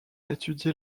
étudié